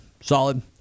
solid